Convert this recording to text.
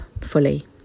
fully